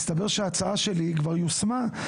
מסתבר שההצעה שלי כבר יושמה,